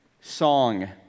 song